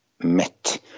met